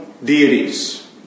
Deities